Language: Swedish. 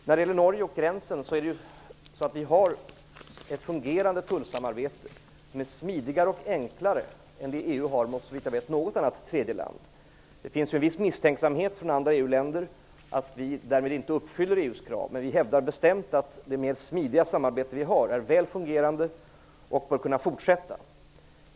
När det gäller Norge och gränsen, har vi ett fungerande tullsamarbete, som är smidigare och enklare än vad EU har mot något annat tredje land. Det finns en viss misstänksamhet från andra EU-länder om att vi därmed inte uppfyller EU:s krav, men vi hävdar bestämt att det mer smidiga samarbete vi har är väl fungerande och bör kunna fortsätta.